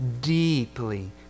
deeply